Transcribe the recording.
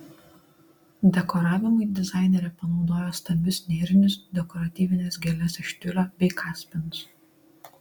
dekoravimui dizainerė panaudojo stambius nėrinius dekoratyvines gėles iš tiulio bei kaspinus